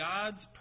God's